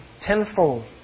tenfold